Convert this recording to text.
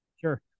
Sure